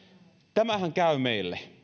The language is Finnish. tämähän käy meille